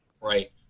Right